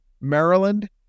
Maryland